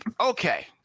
okay